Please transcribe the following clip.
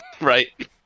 right